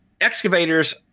Excavators